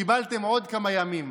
קיבלתם עוד כמה ימים.